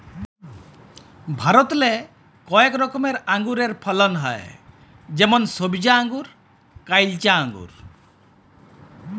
ভারতেল্লে কয়েক রকমের আঙুরের ফলল হ্যয় যেমল সইবজা আঙ্গুর, কাইলচা আঙ্গুর